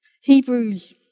Hebrews